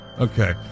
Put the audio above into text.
Okay